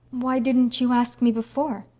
why didn't you ask me before?